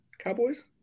Cowboys